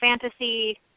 fantasy